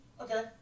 Okay